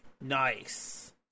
Nice